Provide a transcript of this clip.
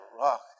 rock